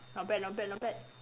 not bad not bad not bad